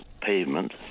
pavement